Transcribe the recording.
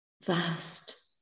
vast